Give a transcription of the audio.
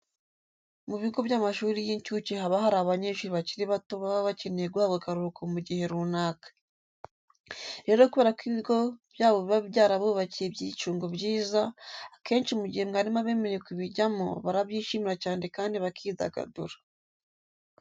Mu bigo by'amashuri y'incuke haba hari abanyeshuri bakiri bato baba bakeneye guhabwa akaruhuko mu gihe runaka. Rero kubera ko ibigo byabo biba byarabubakiye ibyicungo byiza, akenshi mu gihe mwarimu abemereye kubijyamo, barabyishimira cyane kandi bakidagadura.